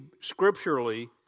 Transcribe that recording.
scripturally